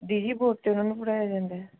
daily board 'ਤੇ ਉਹਨਾਂ ਨੂੰ ਪੜ੍ਹਾਇਆ ਜਾਂਦਾ ਹੈ